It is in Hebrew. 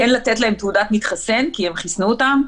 כן לתת להם תעודת מתחסן כי הם חיסנו אותם,